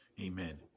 Amen